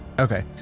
Okay